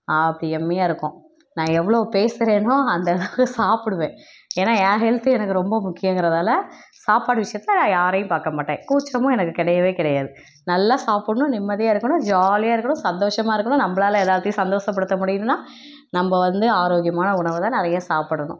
அப்படி எம்மியாக இருக்கும் நான் எவ்வளோ பேசுகிறேனோ அந்த அந்தளவுக்கு சாப்பிடுவேன் ஏன்னா என் ஹெல்த் எனக்கு ரொம்ப முக்கியங்கிறதால் சாப்பாடு விஷயத்தில் யாரையும் பார்க்க மாட்டேன் கூச்சமும் எனக்கு கிடையவே கிடையாது நல்லா சாப்புடணும் நிம்மதியாக இருக்கணும் ஜாலியாக இருக்கணும் சந்தோஷமாக இருக்கணும் நம்மளால எல்லாத்தையும் சந்தோஷப்படுத்த முடியுதுன்னா நம்ம வந்து ஆரோக்கியமான உணவைதான் நிறைய சாப்பிடணும்